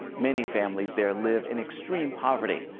many families there live in extreme poverty.